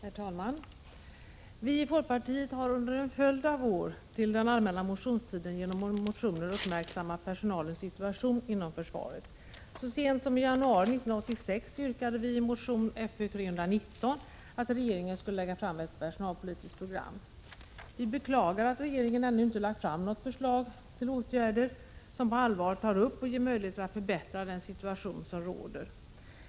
Herr talman! Vi i folkpartiet har under en följd av år till den allmänna motionstiden genom motioner uppmärksammat personalens situation inom försvaret. Så sent som i januari 1986 yrkade vi i motion Fö319 att regeringen skulle lägga fram ett personalpolitiskt program. Vi beklagar att regeringen ännu inte lagt fram något förslag till åtgärder som på allvar tar upp problemen och ger möjlighet att förbättra den situation som nu råder.